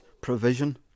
provision